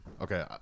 Okay